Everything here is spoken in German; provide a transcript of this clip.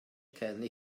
kenne